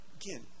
Again